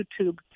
YouTube